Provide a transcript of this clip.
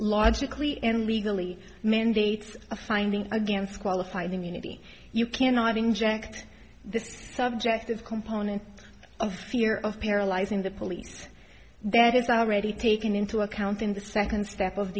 logically and legally mandates a finding against qualified immunity you cannot inject this subject is a component of fear of paralyzing the police that is already taken into account in the second step of